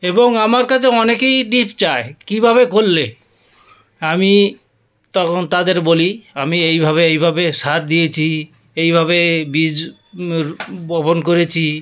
এবং আমার কাছে অনেকেই টিপস চায় কীভাবে করলে আমি তখন তাদের বলি আমি এইভাবে এইভাবে সার দিয়েছি এইভাবে বীজ বপন করেছি